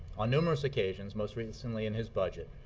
on numerous occasions, most recently in his budget,